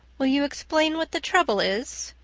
will you explain what the trouble is?